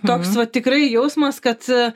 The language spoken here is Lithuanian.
toks va tikrai jausmas kad